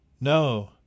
No